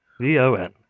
V-O-N